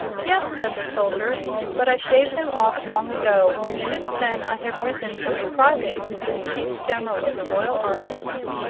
yes, said the soldier but i shaved them off long ago, and since then i have risen from a private to be the chief general of the royal armies.